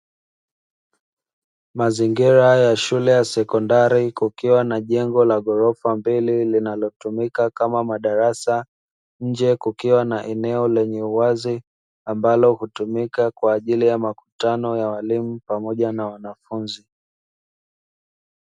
Mazingira ya shule ya sekondari kukiwa na jengo la ghorofa mbele linalotumika kama madarasa, nje kukiwa na eneo lenye uwazi ambalo hutumika kwa ajili ya makutano ya walimu pamoja na wanafunzi.